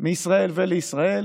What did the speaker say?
מישראל ולישראל